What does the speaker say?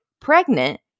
pregnant